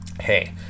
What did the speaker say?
hey